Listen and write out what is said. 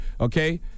okay